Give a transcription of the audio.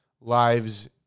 lives